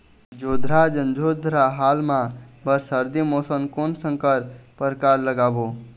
जोंधरा जोन्धरा हाल मा बर सर्दी मौसम कोन संकर परकार लगाबो?